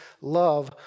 love